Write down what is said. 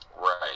Right